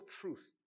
truth